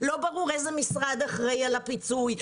לא ברור איזה משרד אחראי על הפיצוי,